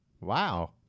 Wow